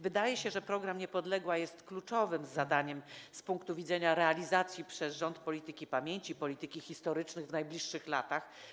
Wydaje się, że program „Niepodległa” jest kluczowy z punktu widzenia realizacji przez rząd polityki pamięci, polityki historycznej w najbliższych latach.